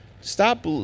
Stop